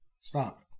Stop